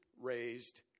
raised